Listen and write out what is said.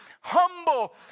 humble